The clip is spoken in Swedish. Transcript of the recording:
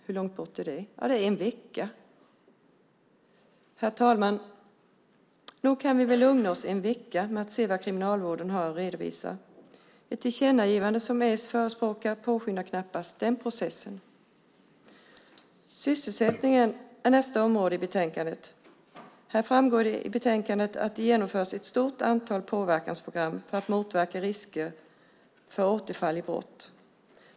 Hur långt bort är det? Ja, det är en vecka till dess. Herr talman! Nog kan vi väl lugna oss en vecka med att se vad Kriminalvården har att redovisa. Ett tillkännagivande, som Socialdemokraterna förespråkar, påskyndar knappast den processen. Sysselsättningen är nästa område i betänkandet. Av betänkandet framgår att ett stort antal påverkansprogram genomförs - detta för att motverka risken för återfall i brott.